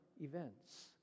events